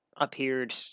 appeared